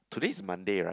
today's Monday right